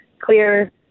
clear